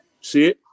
See